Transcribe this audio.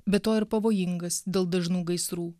be to ir pavojingas dėl dažnų gaisrų